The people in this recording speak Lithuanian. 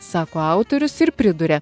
sako autorius ir priduria